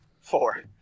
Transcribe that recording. Four